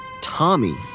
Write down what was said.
Tommy